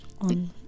on